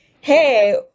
hey